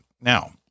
Now